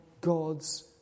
God's